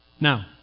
Now